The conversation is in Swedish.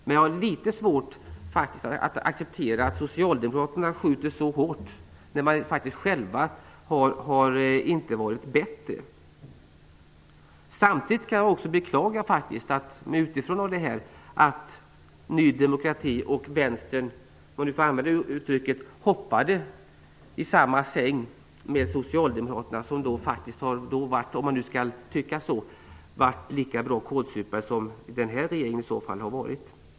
Men jag har faktiskt svårt att acceptera att socialdemokraterna skjuter så hårt när de inte varit bättre själva. Samtidigt kan jag utifrån detta beklaga att Ny demokrati och Vänsterpartiet hoppade i samma säng som socialdemokraterna som faktiskt varit lika bra kålsupare som denna regering. Herr talman!